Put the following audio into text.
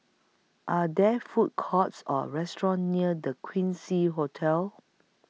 Are There Food Courts Or restaurants near The Quincy Hotel